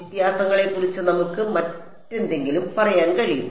വ്യത്യാസങ്ങളെക്കുറിച്ച് നമുക്ക് മറ്റെന്തെങ്കിലും പറയാൻ കഴിയും